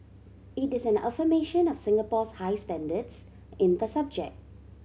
it is an affirmation of Singapore's high standards in the subject